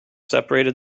separated